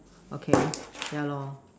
okay yeah lah